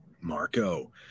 Marco